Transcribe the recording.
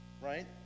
right